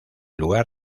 lugar